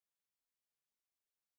and then